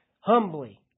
humbly